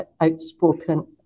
outspoken